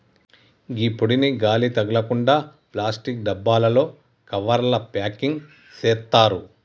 గీ పొడిని గాలి తగలకుండ ప్లాస్టిక్ డబ్బాలలో, కవర్లల ప్యాకింగ్ సేత్తారు